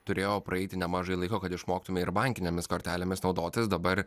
turėjo praeiti nemažai laiko kad išmoktume ir bankinėmis kortelėmis naudotis dabar